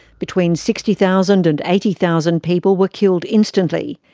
between sixty thousand and eighty thousand people were killed instantly.